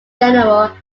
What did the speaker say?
general